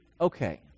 okay